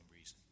reason